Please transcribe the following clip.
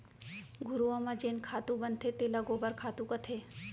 घुरूवा म जेन खातू बनथे तेला गोबर खातू कथें